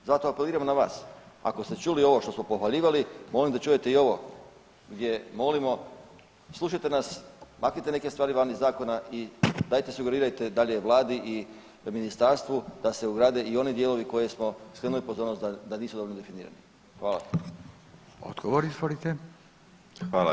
Zato apeliram na vas, ako ste čuli ovo što smo pohvaljivali, molim da čujete i ovo gdje molimo slušajte nas, maknite neke stvari van iz zakona i dajte sugerirajte dalje vladi i ministarstvu da se obrade i oni dijelovi na koje smo skrenuli pozornost da nisu dobro definirani.